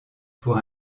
pour